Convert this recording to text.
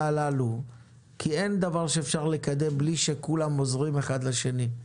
הללו - כי אין דבר שאפשר לקדם בלי שכולם עוזרים אחד לשני,